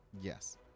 Yes